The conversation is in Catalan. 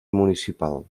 municipal